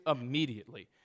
immediately